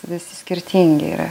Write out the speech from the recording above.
visi skirtingi yra